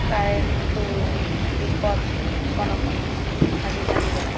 କରେଣ୍ଟ୍ରୁ ବିପଦ କନ କନ ଆଜି ଜାନିବା